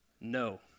No